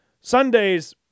Sundays